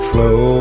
Slow